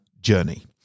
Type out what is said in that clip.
Journey